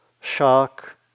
shock